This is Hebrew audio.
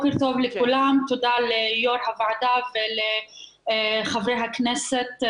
לכולם, תודה ליו"ר הוועדה ולחברי הכנסת.